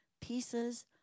pieces